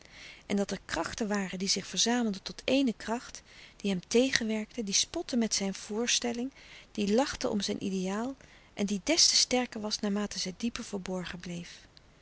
en dat er krachten waren die zich verzamelden tot éene kracht die hem tegenwerkte die spotte met zijn voorstelling die lachte om zijn ideaal en die des te sterker was naarmate zij dieper verborgen bleef